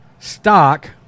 Stock